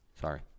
sorry